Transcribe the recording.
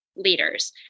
Leaders